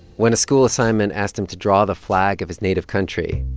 when a school assignment asked him to draw the flag of his native country,